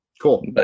Cool